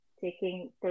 taking